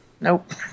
Nope